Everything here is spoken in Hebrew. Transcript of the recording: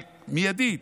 במיידי,